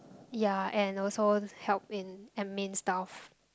ya and also help in admin stuff